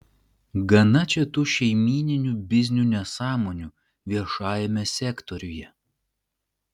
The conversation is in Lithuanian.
gana čia tų šeimyninių biznių nesąmonių viešajame sektoriuje